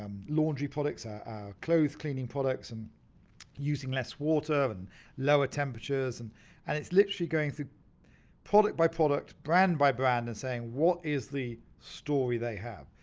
um laundry products, our clothes cleaning products, and using less water and lower temperatures and and it's literally going through product by product, brand by brand, and saying, what is the story they have?